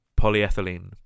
polyethylene